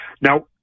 Now